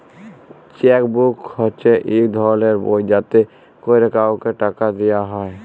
cheque book হছে ইক ধরলের বই যাতে ক্যরে কাউকে টাকা দিয়া হ্যয়